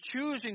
choosing